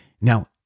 Now